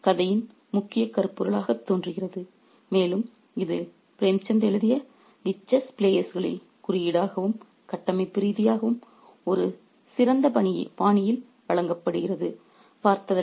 எனவே இது கதையின் முக்கிய கருப்பொருளாகத் தோன்றுகிறது மேலும் இது பிரேம்சந்த் எழுதிய 'தி செஸ் பிளேயர்களில்' குறியீடாகவும் கட்டமைப்பு ரீதியாகவும் ஒரு சிறந்த பாணியில் வழங்கப்படுகிறது